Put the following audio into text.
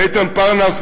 לאיתן פרנס,